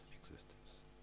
existence